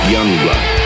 Youngblood